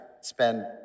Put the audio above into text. spend